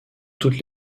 toutes